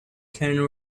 cairn